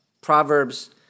Proverbs